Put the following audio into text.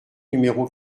numéro